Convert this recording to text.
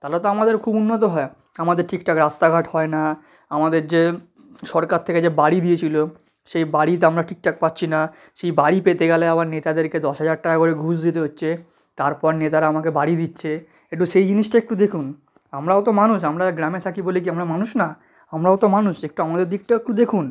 তাহলে তো আমাদের খুব উন্নত হয় আমাদের ঠিকঠাক রাস্তাঘাট হয় না আমাদের যে সরকার থেকে যে বাড়ি দিয়েছিল সেই বাড়ি তো আমরা ঠিকঠাক পাচ্ছি না সেই বাড়ি পেতে গেলে আবার নেতাদেরকে দশ হাজার টাকা করে ঘুষ দিতে হচ্ছে তারপর নেতারা আমাকে বাড়ি দিচ্ছে একটু সেই জিনিসটা একটু দেখুন আমরাও তো মানুষ আমরা গ্রামে থাকি বলে কি আমরা মানুষ না আমরাও তো মানুষ একটু আমাদের দিকটাও একটু দেখুন